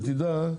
שתדע,